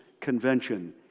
convention